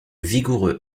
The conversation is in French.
vigoureux